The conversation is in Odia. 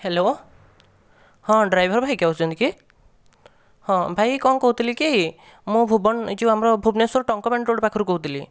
ହ୍ୟାଲୋ ହଁ ଡ୍ରାଇଭର ଭାଇ କହୁଛନ୍ତି କି ହଁ ଭାଇ କଣ କହୁଥିଲି କି ମୁଁ ଭୁବନ ଏଇ ଯେଉଁ ଆମର ଭୁବନେଶ୍ୱର ଟଙ୍କପାଣି ରୋଡ଼ ପାଖରୁ କହୁଥିଲି